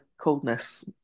coldness